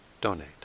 donate